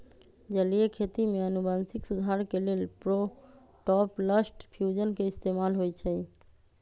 जलीय खेती में अनुवांशिक सुधार के लेल प्रोटॉपलस्ट फ्यूजन के इस्तेमाल होई छई